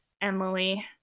Emily